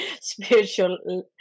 spiritual